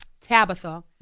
Tabitha